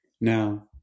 Now